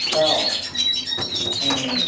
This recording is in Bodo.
औ ओं ओं